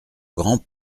grand